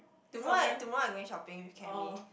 tomorrow I tomorrow I going shopping with Camie